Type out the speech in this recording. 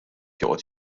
joqgħod